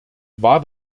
war